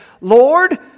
Lord